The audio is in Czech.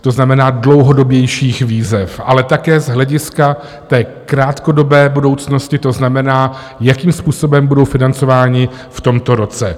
To znamená dlouhodobějších výzev, ale také z hlediska krátkodobé budoucnosti, to znamená, jakým způsobem budou financováni v tomto roce.